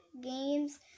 games